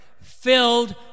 filled